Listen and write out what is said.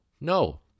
No